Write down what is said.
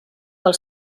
pel